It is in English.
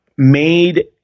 made